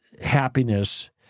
happiness